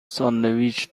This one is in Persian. ساندویچ